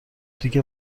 دیگه